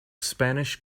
spanish